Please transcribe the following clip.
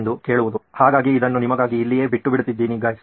ಎಂದು ಕೇಳುವುದು ಹಾಗಾಗಿ ಇದನ್ನು ನಿಮಗಾಗಿ ಇಲ್ಲಿಯೇ ಬಿಟ್ಟಬಿಡುತ್ತಿದ್ದೀನಿ ಗೈಸ್